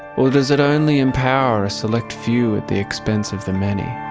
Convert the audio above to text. or does it only empower a select few at the expense of the many?